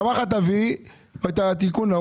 אמר לך: תביא את התיקון.